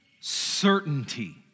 certainty